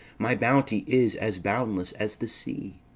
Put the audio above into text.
my bounty is as boundless as the sea,